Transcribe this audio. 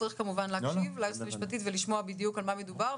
צריך כמובן להקשיב ליועצת המשפטית ולשמוע בדיוק על מה מדובר.